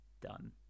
Done